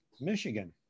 michigan